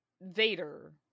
Vader